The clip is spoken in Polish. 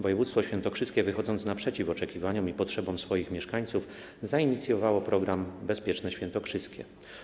Województwo świętokrzyskie, wychodząc naprzeciw oczekiwaniom i potrzebom swoich mieszkańców, zainicjowało program „Bezpieczne Świętokrzyskie”